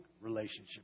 relationship